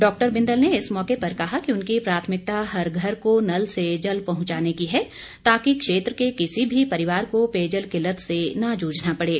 doctor Bindal ने इस मौके पर कहा कि उनकी प्राथमिकता हर घर को नल से जल पहुंचाने की है ताकि क्षेत्र के किसी भी परिवार को पेयजल किल्लत से न जूझना पड़े